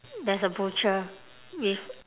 there's a butcher with